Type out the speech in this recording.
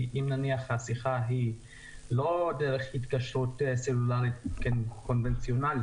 כי אם למשל השיחה היא לא דרך התקשרות סלולרית קונבנציונלית,